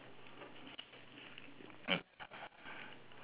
green field